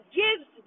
gives